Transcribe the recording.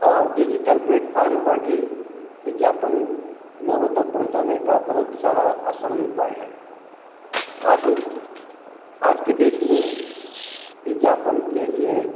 और digital platform पर भी विज्ञापन लोगों तक पहुँचाने का बहुत सारा आसान उपाय है अब आज के डेट में विज्ञापन के लिए